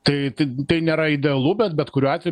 tai tik tai nėra idealu bet bet kuriuo atveju